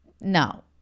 no